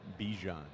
Bijan